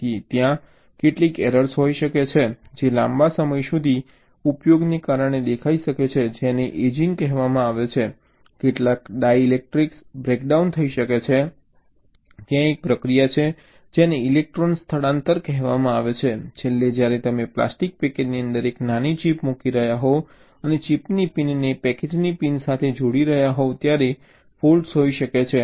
તેથી ત્યાં કેટલીક એરર્સ હોઈ શકે છે જે લાંબા સમય સુધી ઉપયોગને કારણે દેખાઈ શકે છે જેને એજિંગ કહેવામાં આવે છે કેટલાક ડાઇલેક્ટ્રિક્સ બ્રેકડાઉન થઈ શકે છે ત્યાં એક પ્રક્રિયા છે જેને ઇલેક્ટ્રોન સ્થળાંતર કહેવામાં આવે છે છેલ્લે જ્યારે તમે પ્લાસ્ટિક પેકેજની અંદર એક નાની ચિપ મૂકી રહ્યા હો અને ચિપની પિનને પેકેજની પિન સાથે જોડી રહ્યા હોવ ત્યારે ફૉલ્ટ્સ હોઈ શકે છે